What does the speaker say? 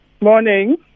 Morning